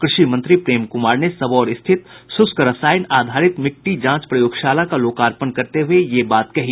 कृषि मंत्री प्रेम कुमार ने सबौर स्थित शुष्क रसायन आधारित मिट्टी जांच प्रयोगशाला का लोकापर्ण करते हुए ये बात कही